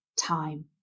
time